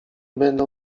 będą